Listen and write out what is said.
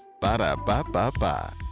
Ba-da-ba-ba-ba